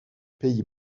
pays